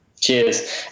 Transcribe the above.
Cheers